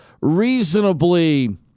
reasonably